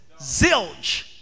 zilch